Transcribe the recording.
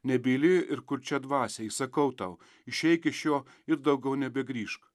nebyli ir kurčia dvasia įsakau tau išeik iš jo ir daugiau nebegrįžk